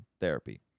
therapy